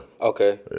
Okay